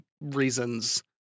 reasons